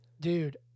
Dude